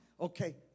Okay